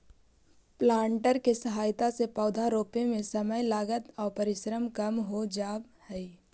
planter के सहायता से पौधा रोपे में समय, लागत आउ परिश्रम कम हो जावऽ हई